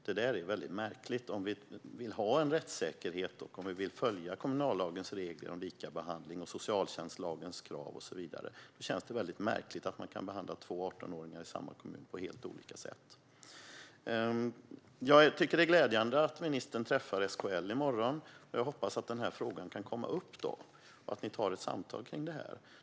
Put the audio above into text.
Det där är väldigt märkligt; om vi vill ha rättssäkerhet och om vi vill följa kommunallagens regler om likabehandling, socialtjänstens krav och så vidare känns det märkligt att man kan behandla två 18-åringar i samma kommun på helt olika sätt. Jag tycker att det är glädjande att ministern träffar SKL i morgon. Jag hoppas att denna fråga kan komma upp då och att det blir ett samtal kring detta.